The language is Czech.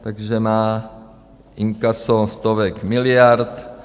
Takže má inkaso stovek miliard.